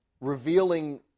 revealing